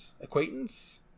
acquaintance